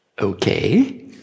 Okay